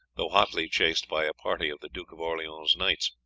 though hotly chased by a party of the duke of orleans' knights.